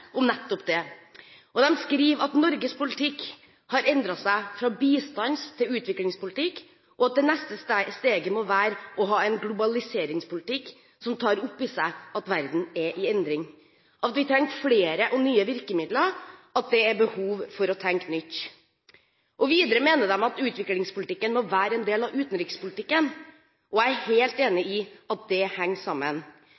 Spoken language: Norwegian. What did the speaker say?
skriver at Norges politikk har endret seg fra bistands- til utviklingspolitikk, og at det neste steget må være å ha en globaliseringspolitikk som tar opp i seg at verden er i endring, at vi trenger flere og nye virkemidler, og at det er behov for å tenke nytt. Videre mener de at utviklingspolitikken må være en del av utenrikspolitikken, og jeg er helt